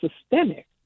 systemic